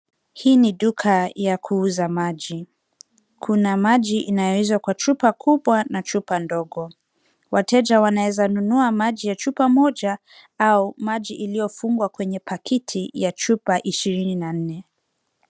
Hii ni duka ya kuuza maji. Kuna maji inayouzwa kwa chupa kubwa na chupa ndogo. Wateja wanaweza nunua maji ya chupa moja au maji iliyofungwa kwenye pakiti ya chupa ishirini na nne.